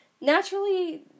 Naturally